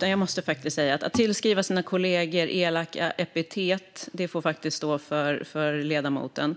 Jag måste faktiskt säga till ledamoten: Att ge sina kollegor elaka epitet får stå för ledamoten.